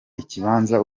ikibanza